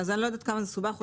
אני לא יודעת כמה זה מסובך.